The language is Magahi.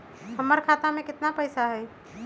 हमर खाता में केतना पैसा हई?